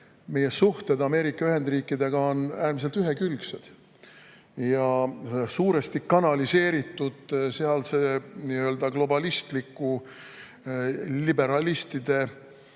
meie suhted Ameerika Ühendriikidega on äärmiselt ühekülgsed ja suuresti kanaliseeritud sealse globalistliku liberalistide